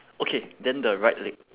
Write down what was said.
okay then the right leg